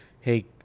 hey